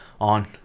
On